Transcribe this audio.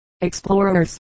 Explorers